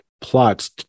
plots